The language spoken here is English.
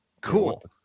cool